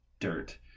dirt